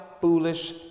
foolish